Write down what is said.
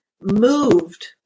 moved